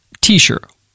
t-shirt